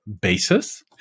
basis